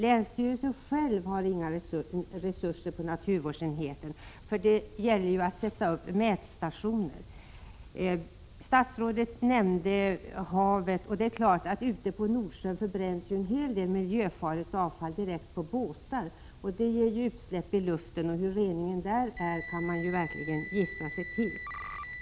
Länsstyrelsen har själv inga resurser inom naturvårdsenheten för att sätta upp mätstationer. Statsrådet nämnde havet, och ute på Nordsjön förbränns naturligtvis en hel del miljöfarligt avfall från båtar som ger utsläpp i luften. Hur reningen där sker kan man gissa sig till.